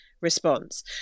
response